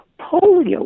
polio